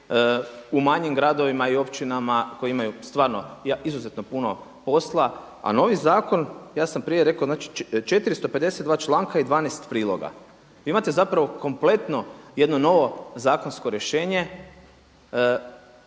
u manjim gradovima i općinama koji imaju stvarno izuzetno puno posla, a novi zakon, ja sam prije rekao, 452 članka i 12 priloga. Imate zapravo kompletno jedno novo zakonsko rješenje.